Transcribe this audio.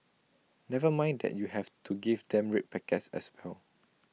never mind that you have to give them red packets as well